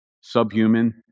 subhuman